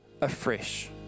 afresh